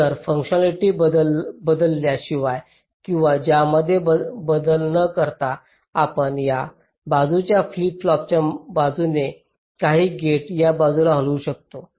तर फुंकशनॅलिटी बदलल्या शिवाय किंवा त्यामध्ये बदल न करता आपण या बाजूच्या फ्लिपच्या बाजूने काही गेट्स या बाजूला हलवू शकतो